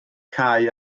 cau